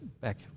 back